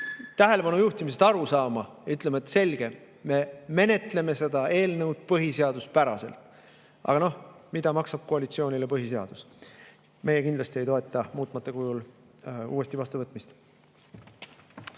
tähelepanu juhtimisest aru saama ja ütlema, et selge, me menetleme seda eelnõu põhiseaduspäraselt. Aga noh, mida maksab koalitsioonile põhiseadus? Meie kindlasti ei toeta [selle eelnõu] muutmata kujul uuesti vastuvõtmist.